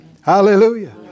Hallelujah